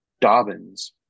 Dobbins